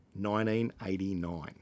1989